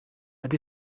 het